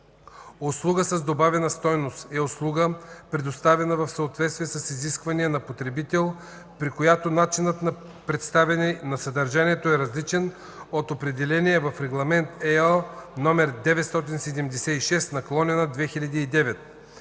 „Услуга с добавена стойност” е услуга, предоставена в съответствие с изисквания на потребител, при която начинът на представяне на съдържанието е различен от определения в Регламент (ЕО) № 976/2009.